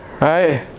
Right